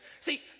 See